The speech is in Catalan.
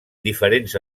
diferents